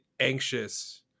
anxious